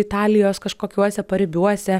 italijos kažkokiuose paribiuose